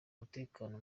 umutekano